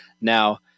Now